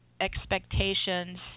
expectations